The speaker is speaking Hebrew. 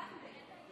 לנדֶה.